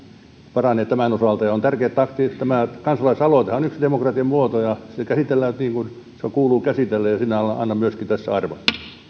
paranee tämän osalta tämä kansalaisaloitehan on yksi demokratian muoto ja on tärkeää että se käsitellään niin kuin se kuuluu käsitellä ja sille annan myöskin tässä arvon